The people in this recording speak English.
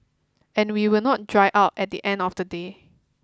and we will not dry out at the end of the day